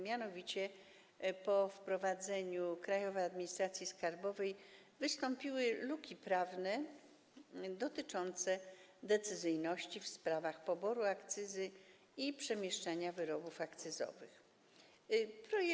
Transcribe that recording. Mianowicie po wprowadzeniu Krajowej Administracji Skarbowej wystąpiły luki prawne dotyczące decyzyjności w sprawach poboru akcyzy i przemieszczania wyrobów akcyzowych.